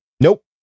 nope